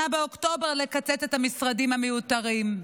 באוקטובר לקצץ את המשרדים המיותרים?